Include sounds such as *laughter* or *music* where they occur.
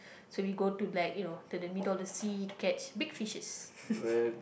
so we go to like you know to the middle of the sea to catch big fishes *laughs*